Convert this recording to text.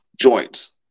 joints